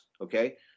okay